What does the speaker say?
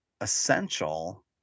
essential